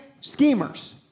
schemers